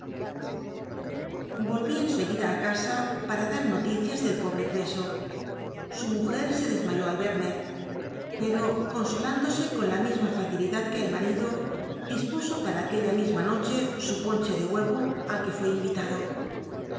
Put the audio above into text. en seguida á casa para dar noticias del pobre prcso su mujer se desmayó al ci'lnc pcro consohimlose con la misma facilidad que el mal'ido dis'pnso para nqulllla misma noche su ponche dn huey o al que ru i invitado